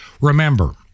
Remember